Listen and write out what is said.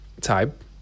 type